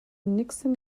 nixon